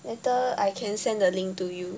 later I can send the link to you